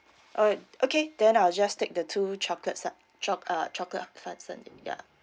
alright okay then I'll just take the two chocolate sa~ choc~ uh chocolate hot fudge then ya